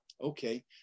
okay